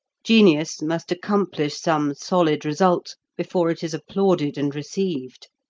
genius must accomplish some solid result before it is applauded and received.